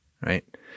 right